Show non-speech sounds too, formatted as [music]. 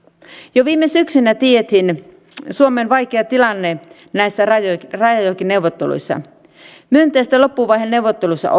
jo viime syksynä tiedettiin suomen vaikea tilanne näissä rajajokineuvotteluissa myönteistä loppuvaiheen neuvotteluissa [unintelligible]